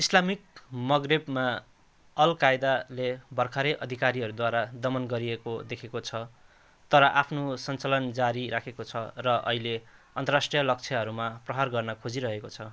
Islamic मगरेबमा अलकायदाले भर्खरै अधिकारीहरूद्वारा दमन गरिएको देखेको छ तर आफ्नो सञ्चालन जारी राखेको छ र अहिले अन्तर्राष्ट्रिय लक्ष्यहरूमा प्रहार गर्न खोजिरहेको छ